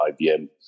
IBM